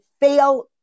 fail